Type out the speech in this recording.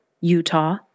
Utah